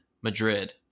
Madrid